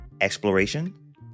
exploration